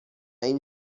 این